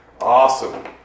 Awesome